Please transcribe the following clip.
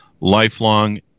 lifelong